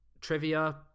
trivia